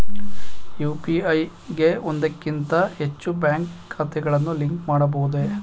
UPI ಗೆ ಒಂದಕ್ಕಿಂತ ಹೆಚ್ಚು ಬ್ಯಾಂಕ್ ಖಾತೆಗಳನ್ನು ಲಿಂಕ್ ಮಾಡಬಹುದೇ?